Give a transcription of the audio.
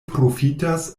profitas